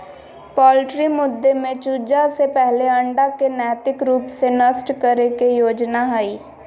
poultry मुद्दे में चूजा से पहले अंडा के नैतिक रूप से नष्ट करे के योजना हइ